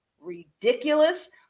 ridiculous